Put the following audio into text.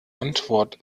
antwort